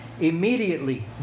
Immediately